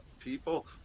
People